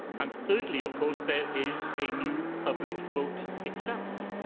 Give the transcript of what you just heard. and, thirdly, of course, there is a new public vote itself.